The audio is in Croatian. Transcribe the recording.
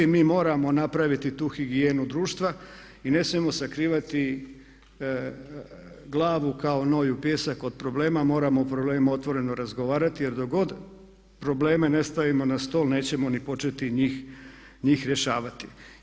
Mi moramo napraviti tu higijenu društva i ne smijemo sakrivati glavu kako noj u pijesak od problema, moramo o problemima otvoreno razgovarati jer dok god probleme ne stavimo na stol nećemo ni početni njih rješavati.